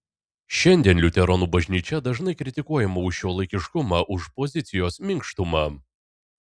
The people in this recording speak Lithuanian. šiandien liuteronų bažnyčia dažnai kritikuojama už šiuolaikiškumą už pozicijos minkštumą